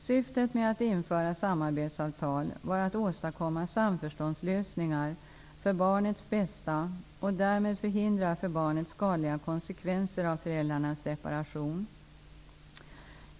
Syftet med att införa samarbetssamtal var att åstadkomma samförståndslösningar för barnets bästa och därmed förhindra för barnet skadliga konsekvenser av föräldrarnas separation.